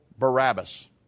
Barabbas